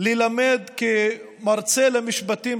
ללמד את הסטודנטים שלי כמרצה למשפטים,